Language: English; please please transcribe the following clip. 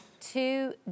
two